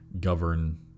govern